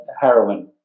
heroin